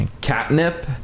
catnip